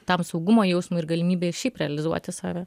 tam saugumo jausmui ir galimybei šiaip realizuoti save